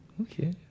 okay